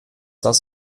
das